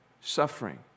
suffering